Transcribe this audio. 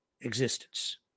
existence